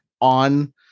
on